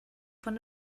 von